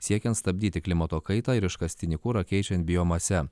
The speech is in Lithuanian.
siekiant stabdyti klimato kaitą ir iškastinį kurą keičiant biomase